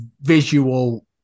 visual